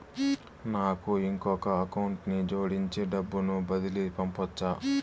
నాకు ఇంకొక అకౌంట్ ని జోడించి డబ్బును బదిలీ పంపొచ్చా?